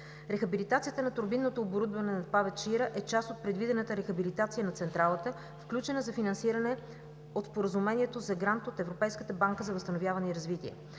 Рехабилитацията на турбинното оборудване на ПАВЕЦ „Чаира“ е част от предвидената рехабилитация на централата, включена за финансиране от Споразумението за грант от Европейската банка за възстановяване и развитие.